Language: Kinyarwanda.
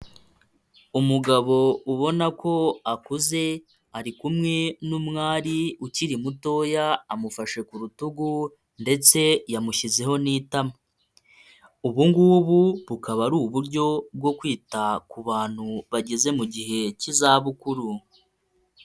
Umugabo ubona ko akuze, ari kumwe n'umwari ukiri mutoya, amufashe ku rutugu, ndetse yamushyizeho n'itama. Ubungubu bukaba ari uburyo bwo kwita ku bantu bageze mu gihe cy'izabukuru.